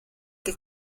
que